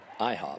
iHop